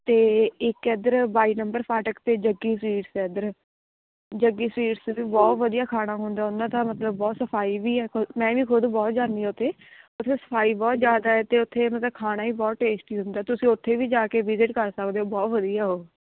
ਅਤੇ ਇੱਕ ਇੱਧਰ ਬਾਈ ਨੰਬਰ ਫਾਟਕ 'ਤੇ ਜੱਗੀ ਸਵੀਟਸ ਹੈ ਇੱਧਰ ਜੱਗੀ ਸਵੀਟਸ ਵੀ ਬਹੁਤ ਵਧੀਆ ਖਾਣਾ ਹੁੰਦਾ ਉਹਨਾਂ ਦਾ ਮਤਲਬ ਬਹੁਤ ਸਫ਼ਾਈ ਵੀ ਹੈ ਖੁ ਮੈਂ ਵੀ ਖੁਦ ਬਹੁਤ ਜਾਂਦੀ ਹਾਂ ਉੱਥੇ ਉੱਥੇ ਤਾਂ ਸਫ਼ਾਈ ਬਹੁਤ ਜ਼ਿਆਦਾ ਹੈ ਅਤੇ ਉੱਥੇ ਮਤਲਬ ਖਾਣਾ ਵੀ ਬਹੁਤ ਟੇਸਟੀ ਹੁੰਦਾ ਤੁਸੀਂ ਉੱਥੇ ਵੀ ਜਾ ਕੇ ਵਿਜਿਟ ਕਰ ਸਕਦੇ ਹੋ ਬਹੁਤ ਵਧੀਆ ਉਹ